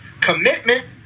commitment